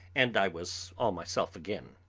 and i was all myself again.